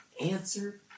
answer